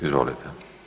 Izvolite.